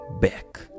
back